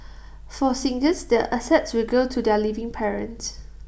for singles the assets will go to their living parents